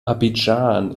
abidjan